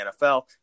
NFL